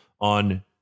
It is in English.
on